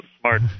smart